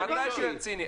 ודאי שהוא היה ציני.